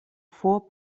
four